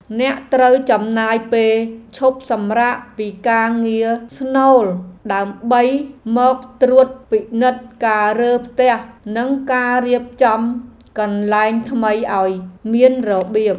អ្នកត្រូវចំណាយពេលឈប់សម្រាកពីការងារស្នូលដើម្បីមកត្រួតពិនិត្យការរើផ្ទះនិងការរៀបចំកន្លែងថ្មីឱ្យមានរបៀប។